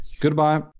Goodbye